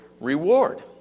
reward